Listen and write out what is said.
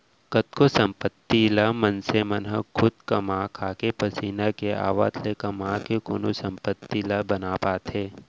कतको संपत्ति ल मनसे मन ह खुद कमा खाके पसीना के आवत ले कमा के कोनो संपत्ति ला बना पाथे